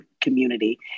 community